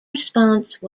response